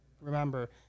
remember